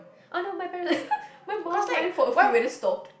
oh no my parent my mum went for a few and then stopped